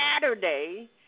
Saturday